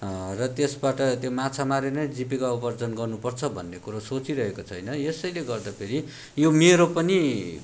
र त्यसबाट त्यो माछा मारेर नै जीविका उपार्जन गर्नुपर्छ भन्ने कुरा सोचिरहेको छैन यसैले गर्दाखेरि यो मेरो पनि